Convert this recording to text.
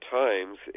times